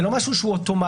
זה לא משהו שהוא אוטומטי,